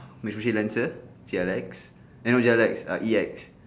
Mitsubishi Lancer T R X eh no G R X ah E X